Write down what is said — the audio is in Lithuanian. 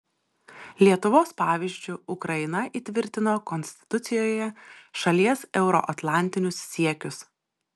lietuvos pavyzdžiu ukraina įtvirtino konstitucijoje šalies euroatlantinius siekius